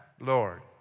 Lord